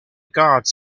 guards